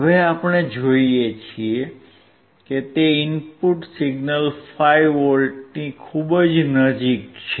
હવે આપણે જોઈએ છીએ કે તે ઇનપુટ સિગ્નલ 5V ની ખૂબ જ નજીક છે